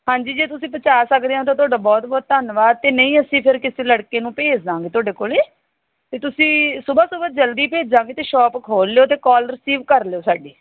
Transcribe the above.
ਹਾਂਜੀ ਜੇ ਤੁਸੀਂ ਪਹੁੰਚਾ ਸਕਦੇ ਹੋ ਤਾਂ ਤੁਹਾਡਾ ਬਹੁਤ ਬਹੁਤ ਧੰਨਵਾਦ ਤੇ ਨਹੀਂ ਅਸੀਂ ਫਿਰ ਕਿਸੇ ਲੜਕੇ ਨੂੰ ਭੇਜ ਦਾਂਗੇ ਤੁਹਾਡੇ ਕੋਲ ਅਤੇ ਤੁਸੀਂ ਸੁਬਾਹ ਸੁਬਾਹ ਜਲਦੀ ਭੇਜਾਂਗੇ ਤਾਂ ਸ਼ੋਪ ਖੋਲ ਲਿਓ ਅਤੇ ਕੋਲ ਰਿਸੀਵ ਕਰ ਲਿਓ ਸਾਡੀ